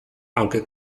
aunque